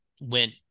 went